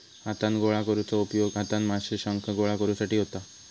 हातान गोळा करुचो उपयोग हातान माशे, शंख गोळा करुसाठी होता